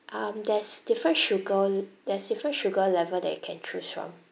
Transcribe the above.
um there's different sugar there's different sugar level that you can choose from